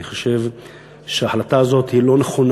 אני חושב שההחלטה הזאת היא לא נכונה.